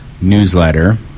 newsletter